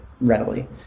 readily